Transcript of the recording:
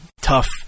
tough